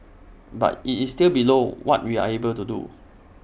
but IT is still below what we are able to do